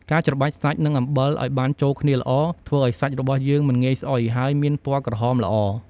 ការច្របាច់សាច់ និងអំបិលឱ្យបានចូលគ្នាល្អ ធ្វើឱ្យសាច់របស់យើងមិនងាយស្អុយ ហើយមានពណ៌ក្រហមល្អ។